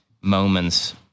moments